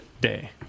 day